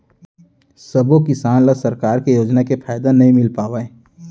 सबो किसान ल सरकार के योजना के फायदा नइ मिल पावय